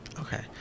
Okay